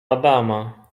adama